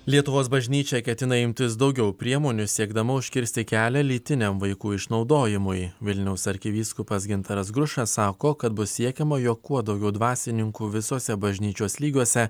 lietuvos bažnyčia ketina imtis daugiau priemonių siekdama užkirsti kelią lytiniam vaikų išnaudojimui vilniaus arkivyskupas gintaras grušas sako kad bus siekiama jog kuo daugiau dvasininkų visose bažnyčios lygiuose